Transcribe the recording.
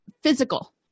physical